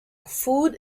food